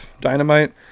Dynamite